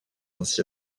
ainsi